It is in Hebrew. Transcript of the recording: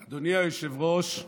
היושב-ראש,